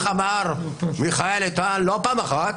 כך אמר מיכאל איתן לא פעם אחת,